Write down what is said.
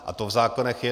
A to v zákonech je.